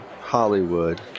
Hollywood